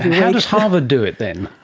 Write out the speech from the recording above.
how does harvard do it then?